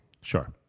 Sure